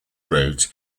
wrote